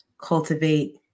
cultivate